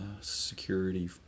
Security